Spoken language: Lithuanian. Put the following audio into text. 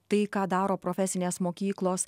tai ką daro profesinės mokyklos